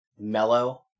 mellow